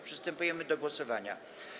Przystępujemy do głosowania.